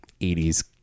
80s